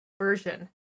version